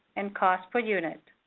and cost per unit.